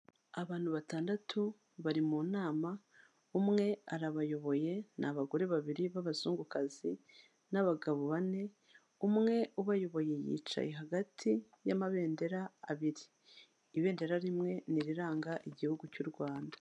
Abantu batandatu bari mu nama, umwe arabayoboye, ni abagore babiri b'abazungukazi n'abagabo bane, umwe ubayoboye yicaye hagati y'amabendera abiri, ibendera rimwe ni iriranga igihugu cy'u Rwanda.